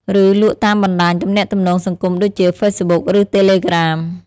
ឬលក់តាមបណ្តាញទំនាក់ទំនងសង្គមដូចជា ហ្វេសបុក ឬ តេឡេក្រាម។